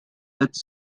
its